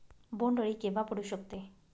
बोंड अळी केव्हा पडू शकते?